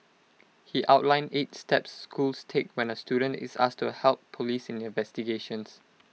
he outlined eight steps schools take when A student is asked to help Police in investigations